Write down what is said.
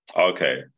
Okay